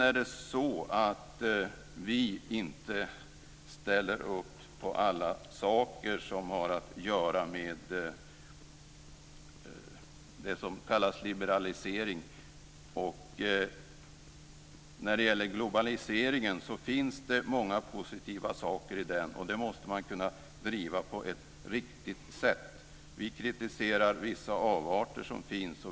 Vi ställer inte upp på alla saker som har att göra med det som kallas liberalisering. När det gäller globaliseringen finns där många positiva saker, och dem måste man kunna driva på ett riktigt sätt. Vi kritiserar vissa avarter som finns.